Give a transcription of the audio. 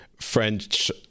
French